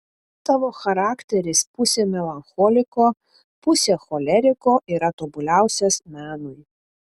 tavo charakteris pusė melancholiko pusė choleriko yra tobuliausias menui